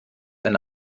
eine